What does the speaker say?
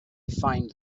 find